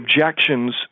objections